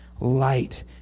light